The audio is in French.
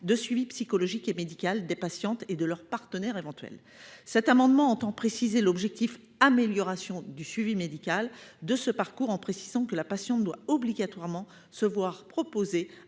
de suivi psychologique et médical des patientes et de leur partenaire éventuel. Cet amendement tend à préciser l'objectif d'amélioration du suivi médical dans ce parcours en indiquant que la patiente doit obligatoirement se voir proposer